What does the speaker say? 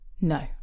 no